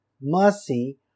mercy